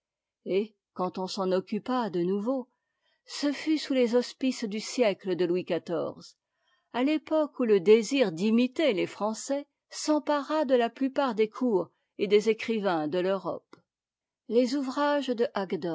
et quand on s'en occupa de nouveau ce fut sous les auspices du siècle de louis xiv à l'époque où le désir d'imiter les français s'empara de la p'upart des cours et des écrivains de l'europe les ouvrages de